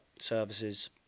Services